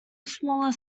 smaller